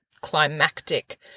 climactic